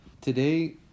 Today